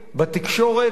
בתקשורת,